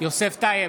יוסף טייב,